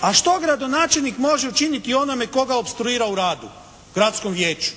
A što gradonačelnik može učiniti onome tko ga opstruira u radu, gradskom vijeću?